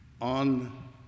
on